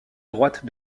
droite